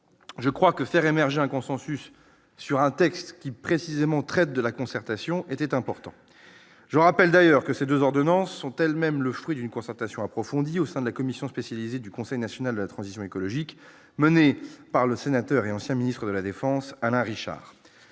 je crois que faire émerger un consensus sur un texte qui, précisément, traite de la concertation était important, je rappelle d'ailleurs que ces 2 ordonnances sont elle-même le fruit d'une concertation approfondie au sein de la commission spécialisée du Conseil national de la transition écologique menée par le sénateur et ancien ministre de la Défense Alain Richard